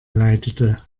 leitete